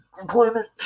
Employment